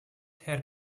herr